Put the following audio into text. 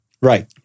Right